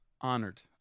Honored